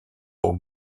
pour